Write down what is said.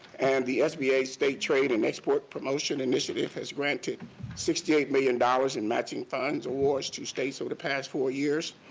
and the sba state trade and export promotion initiative has granted sixty eight million dollars in matching funds awards to states over the past four years.